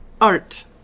Art